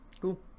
Cool